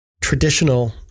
traditional